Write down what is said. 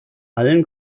allen